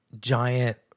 giant